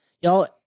y'all